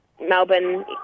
Melbourne